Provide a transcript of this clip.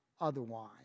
otherwise